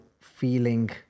feeling